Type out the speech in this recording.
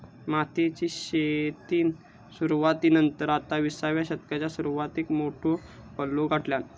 मोतीयेची शेतीन सुरवाती नंतर आता विसाव्या शतकाच्या सुरवातीक मोठो पल्लो गाठल्यान